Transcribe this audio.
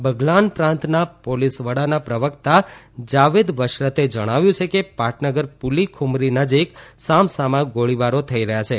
બઘલાન પ્રાંતના પોલીસ વડાના પ્રવક્તા જાવેદ બશરતે જણાવ્યું છે કે પાટનગર પુલી ખુમરી નજીક સામ સામા ગોળીબારો થઇ રહ્યા છે